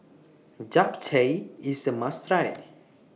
Japchae IS A must Try